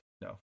no